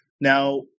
now